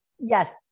Yes